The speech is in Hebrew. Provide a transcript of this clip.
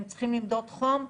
הם צריכים למדוד חום,